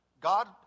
God